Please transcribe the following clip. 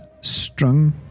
strung